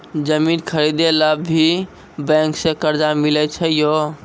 जमीन खरीदे ला भी बैंक से कर्जा मिले छै यो?